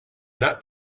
not